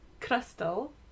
Crystal